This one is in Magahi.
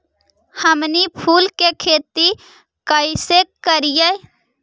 हमनी फूल के खेती काएसे करियय?